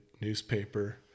newspaper